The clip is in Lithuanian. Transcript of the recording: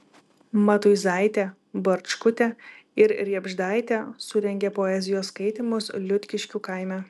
matuizaitė barčkutė ir riebždaitė surengė poezijos skaitymus liutkiškių kaime